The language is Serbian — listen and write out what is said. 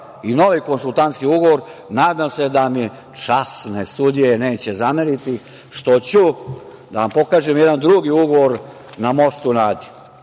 i novi konsultantski ugovor, nadam se da mi časne sudije neće zameriti što ću da vam pokažem jedan drugi ugovor na mostu na